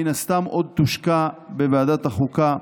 מן הסתם עוד תושקע בוועדת החוקה.